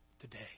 today